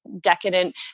decadent